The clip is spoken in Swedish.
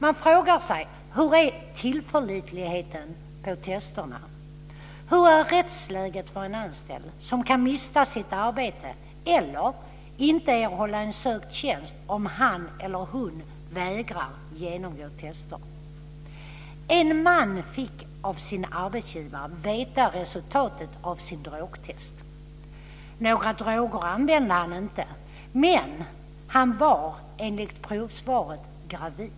Man frågar sig hur tillförlitliga testen är. Hur är rättsläget för en anställd som kan mista sitt arbete eller inte erhålla en sökt tjänst om han eller hon vägrar genomgå test? En man fick av sin arbetsgivare veta resultatet av sitt drogtest. Några droger använde han inte, men han var enligt provsvaret gravid.